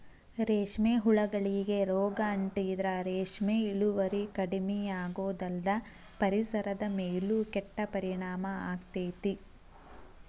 ರೇಷ್ಮೆ ಹುಳಗಳಿಗೆ ರೋಗ ಅಂಟಿದ್ರ ರೇಷ್ಮೆ ಇಳುವರಿ ಕಡಿಮಿಯಾಗೋದಲ್ದ ಪರಿಸರದ ಮೇಲೂ ಕೆಟ್ಟ ಪರಿಣಾಮ ಆಗ್ತೇತಿ